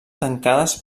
tancades